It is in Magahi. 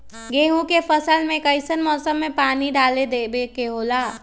गेहूं के फसल में कइसन मौसम में पानी डालें देबे के होला?